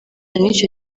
nicyo